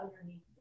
underneath